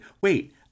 wait